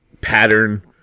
pattern